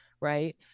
right